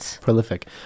Prolific